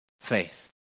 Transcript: faith